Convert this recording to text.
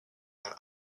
and